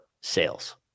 sales